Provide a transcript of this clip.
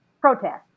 protest